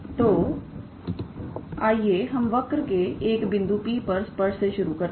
तोआइए हम वर्क के एक बिंदु P पर स्पर्श से शुरू करते है